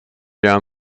down